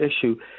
issue